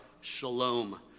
Shalom